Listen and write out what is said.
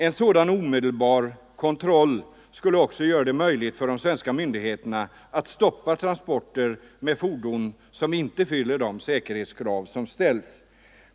En sådan omedelbar kontroll skulle också göra det möjligt för de svenska myndigheterna att stoppa transporter med fordon som inte fyller de säkerhetskrav som ställs.